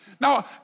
Now